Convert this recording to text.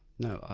no,